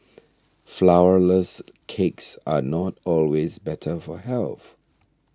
Flourless Cakes are not always better for health